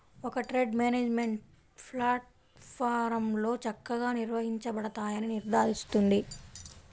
ఒక trade management ప్లాట్ఫారమ్లో చక్కగా నిర్వహించబడతాయని నిర్ధారిస్తుంది